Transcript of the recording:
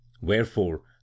Wherefore